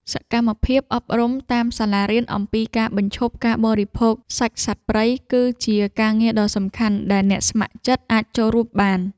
សកម្មភាពអប់រំតាមសាលារៀនអំពីការបញ្ឈប់ការបរិភោគសាច់សត្វព្រៃ គឺជាការងារដ៏សំខាន់ដែលអ្នកស្ម័គ្រចិត្តអាចចូលរួមបាន។